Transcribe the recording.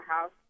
house